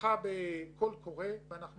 אנשים